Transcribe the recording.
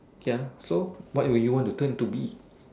ya so what would you want to turn into bee